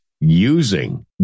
using